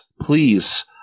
please